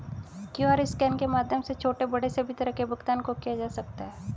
QR scan के माध्यम से छोटे बड़े सभी तरह के भुगतान को किया जा सकता है